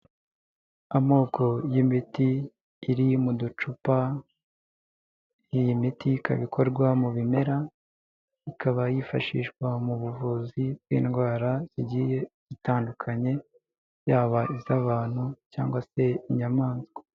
Amoko y'imiti iri mu ducupa, iyi miti ikaba ikorwa mu bimera, ikaba yifashishwa mu buvuzi bw'indwara zigiye zitandukanye yaba iz'abantu cyangwa se inyamanswa.